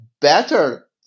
better